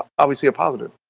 obviously a positive.